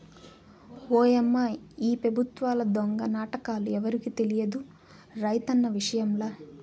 ఓయమ్మా ఈ పెబుత్వాల దొంగ నాటకాలు ఎవరికి తెలియదు రైతన్న విషయంల